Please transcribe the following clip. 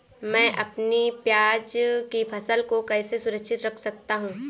मैं अपनी प्याज की फसल को कैसे सुरक्षित रख सकता हूँ?